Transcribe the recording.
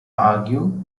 argue